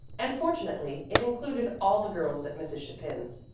and fortunately it included all the girls at mrs. chapin's.